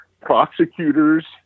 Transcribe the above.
prosecutors